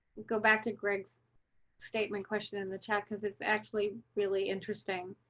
go back to greg's statement question in the chat, because it's actually really interesting.